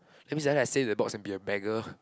that means like I save the box and be a beggar